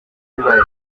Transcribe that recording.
bibaye